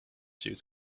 due